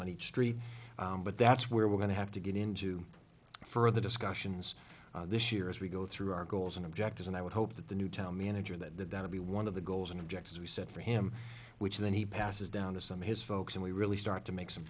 on each street but that's where we're going to have to get into further discussions this year as we go through our goals and objectives and i would hope that the new town manager that would be one of the goals and objectives we set for him which then he passes down to some of his folks and we really start to make some